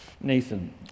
Nathan